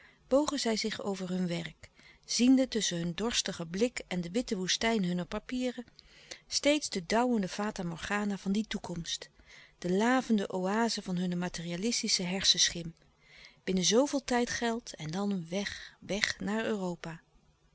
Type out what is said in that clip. bogen zij zich over hun werk ziende tusschen hun dorstigen blik en de witte woestijn hunne papieren steeds de dauwende fata morgana van die toekomst de lavende oaze van hunne materialistische hersenschim binnen zooveel tijd geld en dan weg weg naar europa